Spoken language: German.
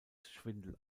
schwindel